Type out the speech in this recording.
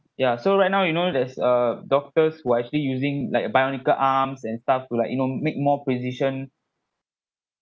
ya so right now you know there's uh doctors who are actually using like uh bionic arms and stuff to like you know make more precision